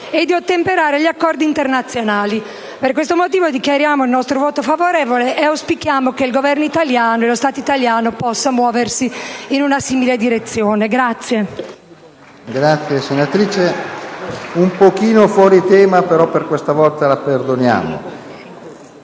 di ottemperare agli Accordi internazionali. Per questo motivo, dichiariamo il nostro voto favorevole e auspichiamo che il Governo italiano e lo Stato italiano possano muoversi in una simile direzione.